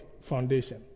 foundation